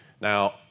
Now